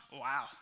Wow